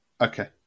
okay